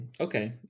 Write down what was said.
Okay